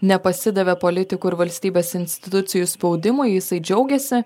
nepasidavė politikų ir valstybės institucijų spaudimui džiaugiasi